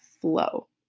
flow